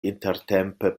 intertempe